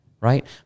Right